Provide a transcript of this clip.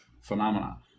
phenomena